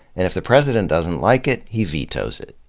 and if the president doesn't like it, he vetoes it.